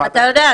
אתה-יודע,